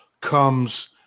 comes